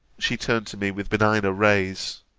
she turned to me with benigner rays